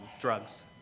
drugs